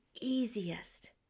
easiest